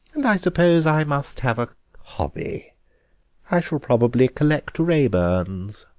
and i suppose i must have a hobby i shall probably collect raeburns.